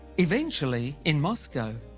eventually in moscow,